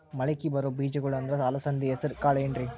ಮಳಕಿ ಬರೋ ಬೇಜಗೊಳ್ ಅಂದ್ರ ಅಲಸಂಧಿ, ಹೆಸರ್ ಕಾಳ್ ಏನ್ರಿ?